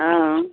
हँ